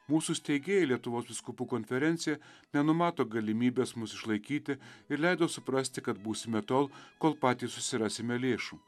mūsų steigėjai lietuvos vyskupų konferencija nenumato galimybės mus išlaikyti ir leido suprasti kad būsime tol kol patys susirasime lėšų